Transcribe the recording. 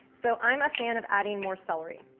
so, i'm a fan of adding more celery.